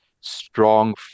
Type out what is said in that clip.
strong